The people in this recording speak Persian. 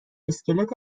اسکلت